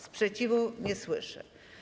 Sprzeciwu nie słyszę.